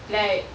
like